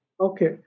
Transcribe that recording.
Okay